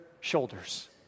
shoulders